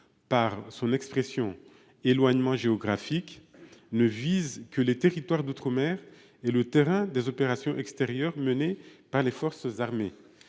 par les termes « éloignement géographique », la directive ne vise que les territoires d’outre mer et le terrain des opérations extérieures menées par les forces armées.